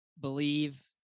believe